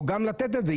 או גם לתת את זה.